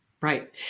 right